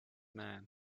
man